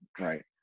Right